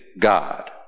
God